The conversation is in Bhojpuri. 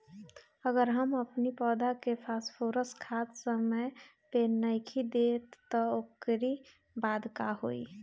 अगर हम अपनी पौधा के फास्फोरस खाद समय पे नइखी देत तअ ओकरी बाद का होई